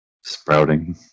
Sprouting